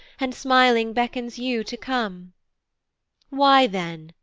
and smiling beckons you to come why then,